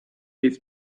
his